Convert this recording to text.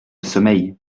sommeil